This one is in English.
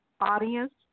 audience